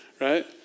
right